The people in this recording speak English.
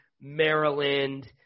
Maryland